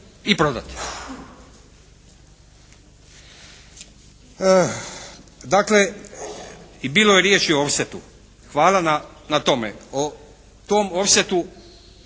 i prodati. Dakle, i bilo je riječi o offsetu. Hvala na tome. Na tom offsetu,